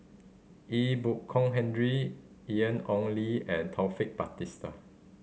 Ee Bu Kong Henry Ian Ong Li and Taufik Batisah